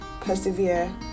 persevere